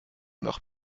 nach